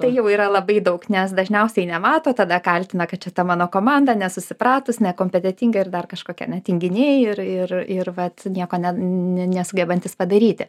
tai jau yra labai daug nes dažniausiai nemato tada kaltina kad čia ta mano komanda nesusipratus nekompetentinga ir dar kažkokia ne tinginiai ir ir ir vat nieko ne nesugebantys padaryti